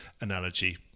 analogy